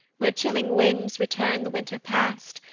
where chilling winds return the winter past,